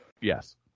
Yes